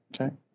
Okay